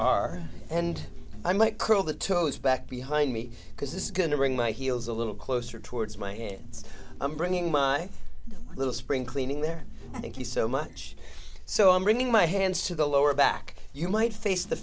are and i might curl the toes back behind me because this is going to bring my heels a little closer towards my hands i'm bringing my little spring cleaning there thank you so much so i'm bringing my hands to the lower back you might face the